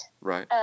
right